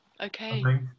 Okay